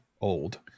old